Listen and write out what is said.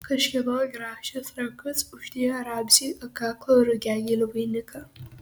kažkieno grakščios rankos uždėjo ramziui ant kaklo rugiagėlių vainiką